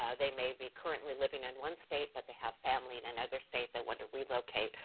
ah they may be currently living in one state, but they have family in another state that want to relocate,